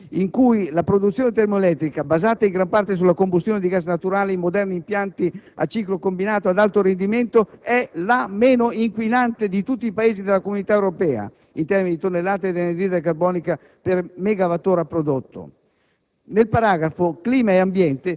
(colpevolmente sottoscritto a suo tempo dal Governo di centro-sinistra) penalizzano ingiustamente il nostro Paese, in cui la produzione termoelettrica, basata in gran parte sulla combustione di gas naturale in moderni impianti a ciclo combinato ad alto rendimento, è la meno inquinante di tutti i Paesi dell'Unione Europea,